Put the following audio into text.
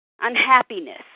unhappiness